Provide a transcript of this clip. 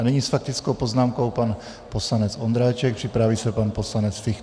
Nyní s faktickou poznámkou pan poslanec Ondráček, připraví se pan poslanec Fichtner.